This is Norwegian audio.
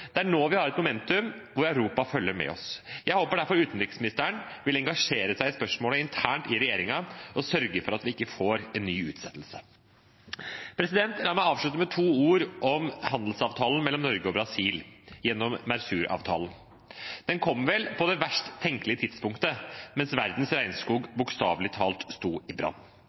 Det er nå vi har et momentum hvor Europa følger med oss. Jeg håper derfor utenriksministeren vil engasjere seg i spørsmålet internt i regjeringen og sørge for at vi ikke får en ny utsettelse. La meg avslutte med to ord om handelsavtalen mellom Norge og Brasil, gjennom Mercosur-avtalen. Den kom vel på det verst tenkelige tidspunktet, mens verdens regnskog bokstavelig talt sto i brann.